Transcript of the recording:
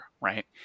right